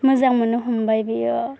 मोजां मोननो हमबाय बियो